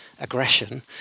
aggression